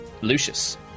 Lucius